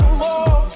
more